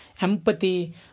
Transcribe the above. empathy